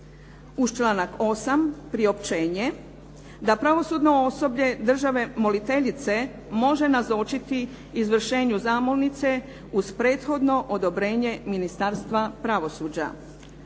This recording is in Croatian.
Uz članak 8. priopćenje da pravosudno osoblje države moliteljice može nazočiti izvršenju zamolnice uz prethodno odobrenje Ministarstva pravosuđa.